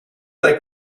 like